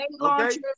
okay